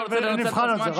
נבחן את זה.